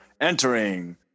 entering